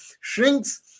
shrinks